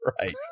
right